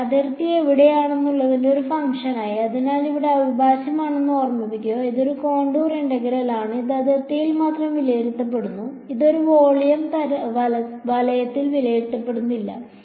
അതെ അതിർത്തി എവിടെയാണെന്നതിന്റെ ഒരു ഫംഗ്ഷനായി അതിനാൽ ഇത് അവിഭാജ്യമാണെന്ന് ഓർമ്മിക്കുക ഇത് ഒരു കോണ്ടൂർ ഇന്റഗ്രൽ ആണ് ഇത് അതിർത്തിയിൽ മാത്രം വിലയിരുത്തപ്പെടുന്നു ഇത് ഒരു വോളിയം വലത്തിൽ വിലയിരുത്തപ്പെടുന്നില്ല